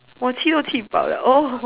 我起头吃饱 liao oh